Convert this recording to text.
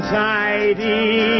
tidy